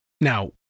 Now